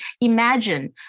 imagine